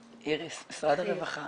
איריס, משרד הרווחה.